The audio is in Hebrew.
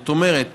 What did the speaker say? זאת אומרת,